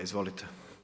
Izvolite.